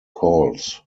calls